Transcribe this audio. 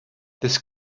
this